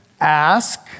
ask